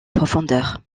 profondeur